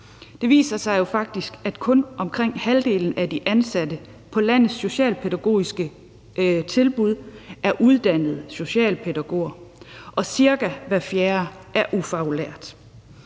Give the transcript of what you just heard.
Det viser sig faktisk, at kun omkring halvdelen at de ansatte på landets socialpædagogiske tilbud er uddannet socialpædagoger, og at cirka hver fjerde er ufaglært.